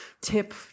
tip